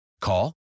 Call